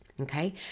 Okay